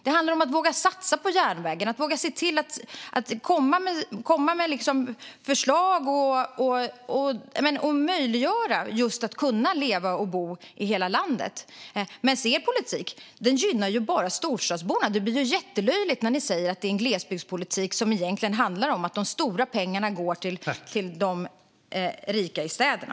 Det handlar om att våga satsa på järnvägen och att våga komma med förslag som möjliggör att man kan leva och bo i hela landet. Er politik gynnar bara storstadsborna. Det blir jättelöjligt när ni säger att det är en glesbygdspolitik, när det egentligen är så att de stora pengarna går till de rika i städerna.